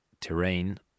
terrain